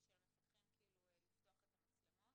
של המפקחים לפתוח את המצלמות.